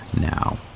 now